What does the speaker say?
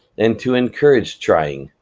and to encourage trying,